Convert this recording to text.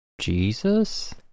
Jesus